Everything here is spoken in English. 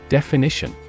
Definition